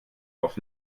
auf